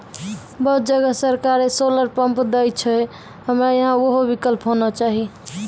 बहुत जगह सरकारे सोलर पम्प देय छैय, हमरा यहाँ उहो विकल्प होना चाहिए?